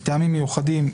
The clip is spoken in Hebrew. מטעמים מיוחדים,